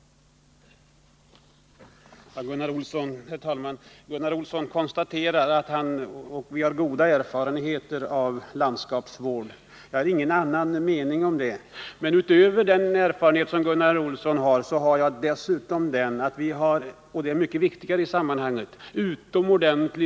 Nu har Gunnar Olsson alltså sagt här i riksdagen att man är en vrång typ om man inte har socialistiska värderingar i fråga om marken. Nu vet vi alltså vad en vrång kille är — det är en som inte är socialist. Jag kommer att framhärda med att vara vrång i fortsättningen också.